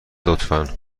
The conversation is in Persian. لطفا